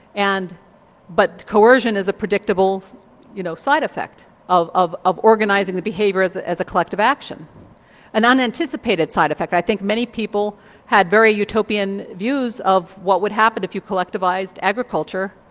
and but coercion is a predictable you know side effect of of organising the behaviour as ah as a collective action an unanticipated side effect. i think many people had very utopian views of what would happen if you collectivised agriculture.